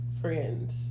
friends